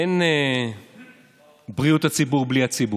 אין בריאות הציבור בלי הציבור.